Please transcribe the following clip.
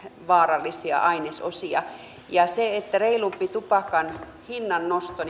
vaarallisia ainesosia ja näkisin että reilumpi tupakan hinnan nosto